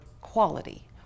quality